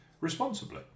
responsibly